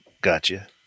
Gotcha